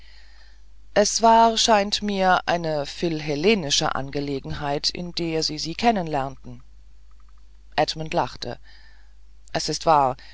es war scheint mir eine philhellenische angelegenheit in der sie sie kennen lernten edmund lachte es ist wahr